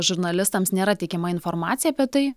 žurnalistams nėra teikiama informacija apie tai